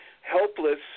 helpless